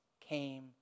came